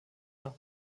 nach